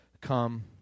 come